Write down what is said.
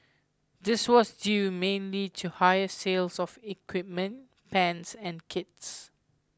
this was due mainly to higher sales of equipment pans and kits